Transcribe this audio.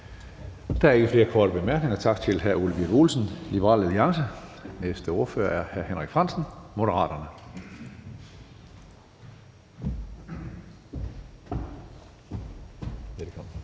Der er ikke flere korte bemærkninger. Tak til hr. Ole Birk Olesen, Liberal Alliance. Den næste ordfører er hr. Henrik Frandsen, Moderaterne.